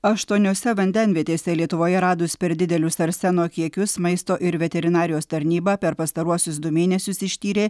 aštuoniose vandenvietėse lietuvoje radus per didelius arseno kiekius maisto ir veterinarijos tarnyba per pastaruosius du mėnesius ištyrė